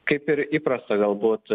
kaip ir įprasta galbūt